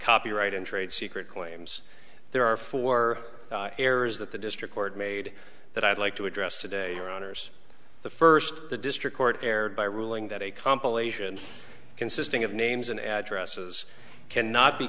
copyright and trade secret claims there are four errors that the district court made that i'd like to address today or honors the first the district court erred by ruling that a compilation consisting of names and addresses can not be